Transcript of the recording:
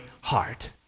heart